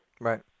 right